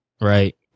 right